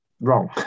wrong